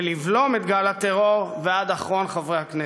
ולבלום את גל הטרור, ועד אחרון חברי הכנסת.